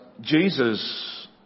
Jesus